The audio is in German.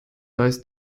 das